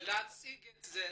להציג את זה.